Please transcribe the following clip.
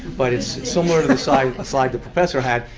but it's similar to the slide slide the professor had,